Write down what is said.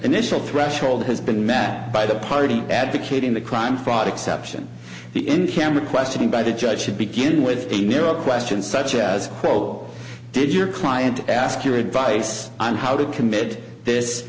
initial threshold has been met by the party advocating the crime fraud exception the in camera questioning by the judge should begin with a narrow question such as coal did your client ask your advice on how to commit this